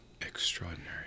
Extraordinary